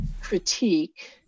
critique